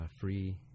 free